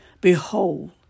Behold